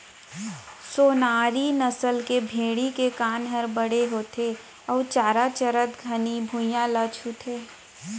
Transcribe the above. सोनारी नसल के भेड़ी के कान हर बड़े होथे अउ चारा चरत घनी भुइयां ल छूथे